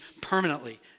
permanently